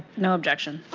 no objection.